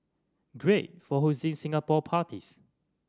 great for hosting Singapore parties